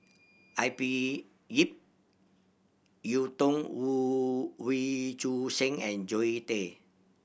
I P Ip Yiu Tung Wee Choon Seng and Zoe Tay